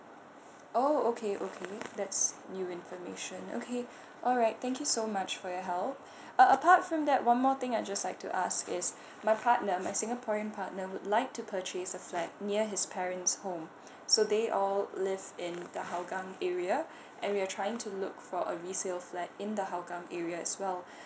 oh okay okay that's new information okay alright thank you so much for your help uh apart from that one more thing I just like to ask is my partner my singaporean partner would like to purchase a flat near his parents home so they all live in the hougang area and we're trying to look for a resale flat in the hougang area as well